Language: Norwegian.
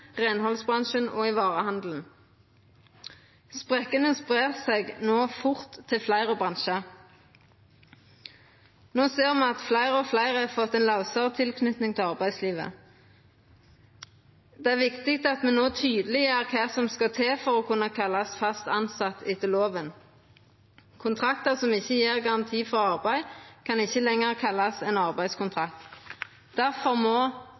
renholdsbransjen og i varehandelen.» Sprekkane spreier seg no fort til fleire bransjar. No ser me at stadig fleire har fått ei lausare tilknyting til arbeidslivet. Det er viktig at me no tydeleggjer kva som skal til for å kunna kallast fast tilsett etter loven. Kontraktar som ikkje gjev garanti for arbeid, kan ikkje lenger kallast arbeidskontraktar. Difor må